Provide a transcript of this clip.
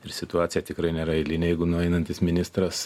ir situacija tikrai nėra eilinė jeigu nueinantis ministras